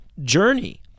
journey